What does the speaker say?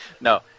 No